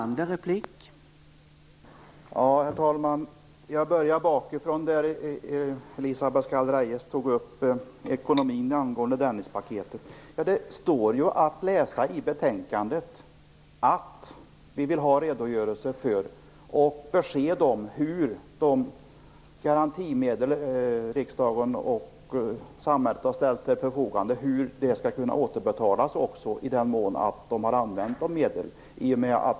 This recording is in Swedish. Herr talman! Jag börjar bakifrån. Elisa Abascal Reyes tog upp ekonomin angående Dennispaketet. Det står ju att läsa i betänkandet att vi vill ha redogörelse för och besked om hur de garantimedel riksdagen och samhället har ställt till förfogande skall kunna återbetalas, i den mån man har använt några medel.